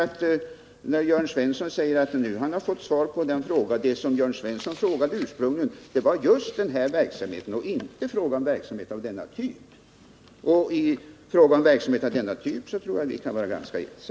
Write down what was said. När Jörn Svensson säger att han nu fått svar på sin fråga vill jag påpeka att Jörn Svensson ursprungligen frågade just om verksamheten vid Hinseberg. Hans fråga gällde inte verksamhet av denna typ. Beträffande verksamheten av denna typ tror jag vi kan vara ganska ense.